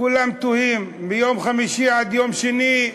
כולם תוהים: מיום חמישי עד יום שני,